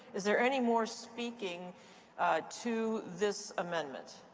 is there any more speaking to this amendment?